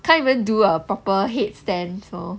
can't even do a proper headstand so